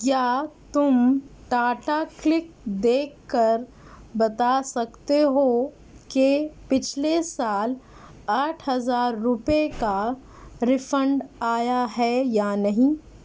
کیا تم ٹاٹا کلک دیکھ کر بتا سکتے ہو کہ پچھلے سال آٹھ ہزار روپے کا ریفنڈ آیا ہے یا نہیں